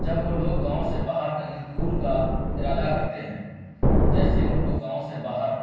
جب وہ لوگ گاؤں سے باہر کہیں دور کا ارادہ کرتے ہیں جیسے ان کو گاؤں سے باہر